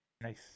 Nice